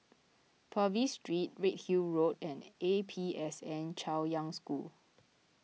Purvis Street Redhill Road and A P S N Chaoyang School